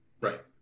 right